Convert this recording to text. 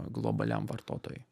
globaliam vartotojui